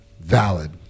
valid